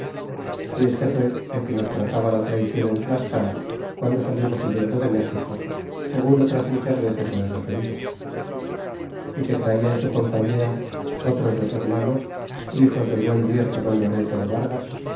y este fue el que nos trataba la traycion en tlascala guando salimos huyendo de méxico segun otras muchas veces lo he referido é que traia en su compañía otros dos hermanos hijos del buen viejo don lorenzo de vargas